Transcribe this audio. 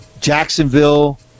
Jacksonville